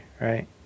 right